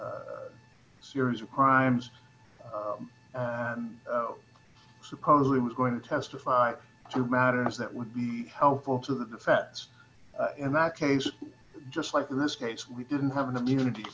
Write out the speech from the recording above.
a series of crimes and supposedly was going to testify to matters that would be helpful to the defense in that case just like in this case we didn't have an immunity